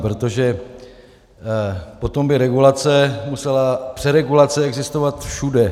Protože potom by regulace musela, přeregulace existovat všude.